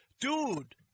dude